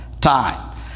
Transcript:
time